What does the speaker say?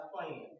plan